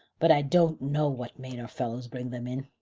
but i don't know what made our fellows bring them in.